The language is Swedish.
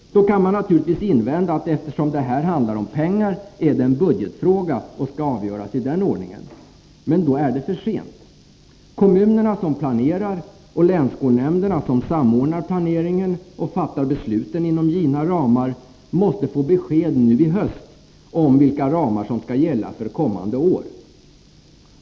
Då kan man naturligtvis invända att eftersom det här handlar om pengar är det en budgetfråga och skall avgöras i den ordningen. Men då är det för sent. Kommunerna som planerar och länsskolnämnderna som samordnar planeringen och fattar besluten inom givna ramar måste få besked nu i höst om vilka ramar som skall gälla för kommande läsår.